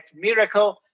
Miracle